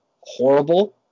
horrible